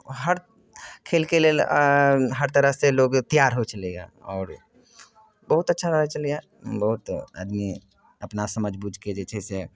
हर खेलके लेल हर तरहसँ लोक तैयार होइ छलैए आओर बहुत अच्छा रहै छलैए बहुत आदमी अपना समझि बूझि कऽ जे छै से